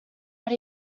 what